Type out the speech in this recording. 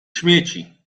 śmieci